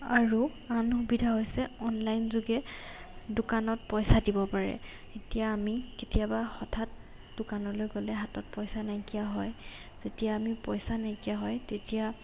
আৰু আন সুবিধা হৈছে অনলাইন যোগে দোকানত পইচা দিব পাৰে এতিয়া আমি কেতিয়াবা হঠাৎ দোকানলৈ গ'লে হাতত পইচা নাইকিয়া হয় যেতিয়া আমি পইচা নাইকিয়া হয় তেতিয়া